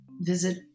visit